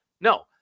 No